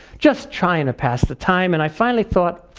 just trying to pass the time. and i finally thought,